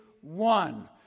one